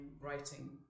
writing